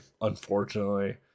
unfortunately